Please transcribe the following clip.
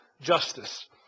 Justice